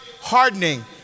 hardening